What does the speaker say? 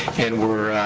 and we're,